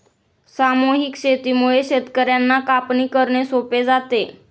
सामूहिक शेतीमुळे शेतकर्यांना कापणी करणे सोपे जाते